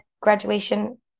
graduation